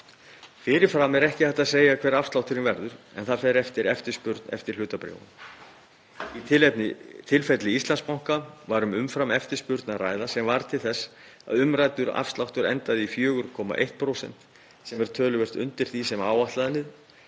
Fyrir fram er ekki hægt að segja hver afslátturinn verður en það fer eftir eftirspurn eftir hlutabréfunum. Í tilfelli Íslandsbanka var um umframeftirspurn að ræða sem varð til þess að umræddur afsláttur endaði í 4,1%, sem er töluvert undir því sem áætlanir